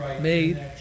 made